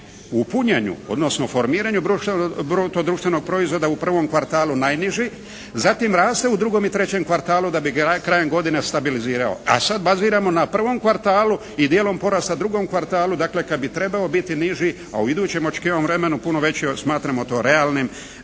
u punjenju, odnosno formiranju bruto društvenog proizvoda u prvom kvartalu najniži, zatim raste u drugom i trećem kvartalu da bi ga krajem godine stabilizirao, a sada baziramo na prvom kvartalu i dijelom porasta u drugom kvartalu, dakle kada bi trebao biti niži, a u idućem očekivanom vremenu puno većim jer smatramo to realnim